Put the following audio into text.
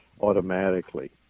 automatically